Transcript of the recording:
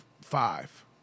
five